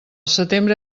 setembre